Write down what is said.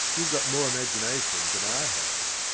you've got more imagination than i have.